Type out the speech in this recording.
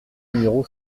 numéro